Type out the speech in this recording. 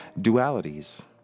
dualities